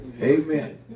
Amen